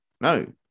No